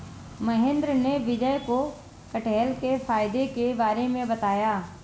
महेंद्र ने विजय को कठहल के फायदे के बारे में बताया